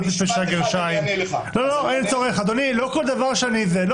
תסכם את דבריך, צריך